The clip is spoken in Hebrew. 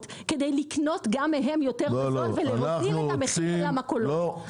כדי לקנות גם מהן יותר --- ולהוזיל את המחיר למכולות.